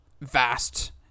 vast